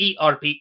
ERP